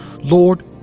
Lord